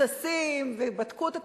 מבוססים, ובדקו את התחקירים,